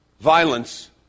violence